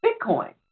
Bitcoin